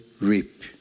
reap